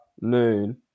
Noon